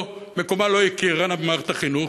מקומה לא יכירנה במשרד החינוך.